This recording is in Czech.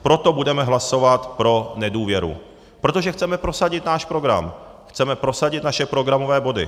Proto budeme hlasovat pro nedůvěru, protože chceme prosadit náš program, chceme prosadit naše programové body.